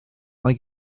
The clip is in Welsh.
mae